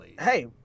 hey